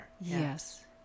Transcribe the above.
yes